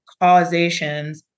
causations